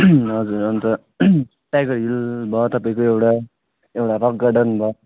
हजुर अन्त टाइगरहिल भयो तपाईँको एउटा एउटा रक गार्डन भयो